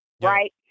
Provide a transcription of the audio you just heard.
Right